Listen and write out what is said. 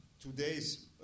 today's